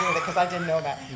cause i didn't know that.